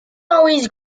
always